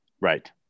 Right